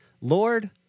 Lord